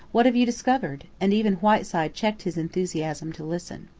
what have you discovered? and even whiteside checked his enthusiasm to listen.